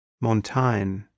Montaigne